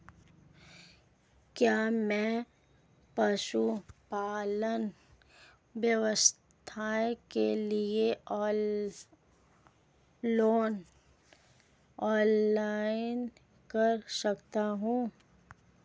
क्या मैं पशुपालन व्यवसाय के लिए लोंन अप्लाई कर सकता हूं?